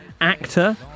actor